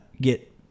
get